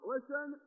Listen